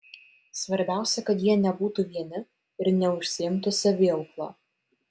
svarbiausia kad jie nebūtų vieni ir neužsiimtų saviaukla